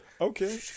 Okay